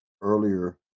earlier